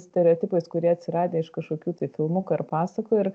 stereotipais kurie atsiradę iš kažkokių tai filmukų ar pasakų ir